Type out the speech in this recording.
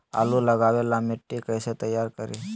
आलु लगावे ला मिट्टी कैसे तैयार करी?